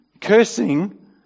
cursing